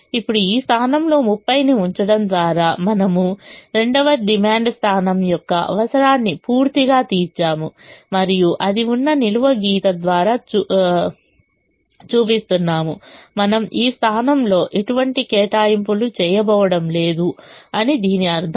ఇప్పుడు ఈ స్థానంలో 30 ని ఉంచడం ద్వారా మనము రెండవ డిమాండ్ స్థానం యొక్క అవసరాన్ని పూర్తిగా తీర్చాము మరియు అది ఉన్న నిలువు గీత ద్వారా చూపిస్తున్నాము మనం ఈ స్థానంలో ఎటువంటి కేటాయింపులు చేయబోవడం లేదు అని దీని అర్థం